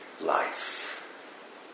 life